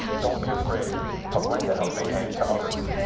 don't be afraid and to lend a helping hand to others.